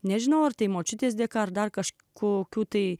nežinau ar tai močiutės dėka ar dar kažkokių tai